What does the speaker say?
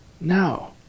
No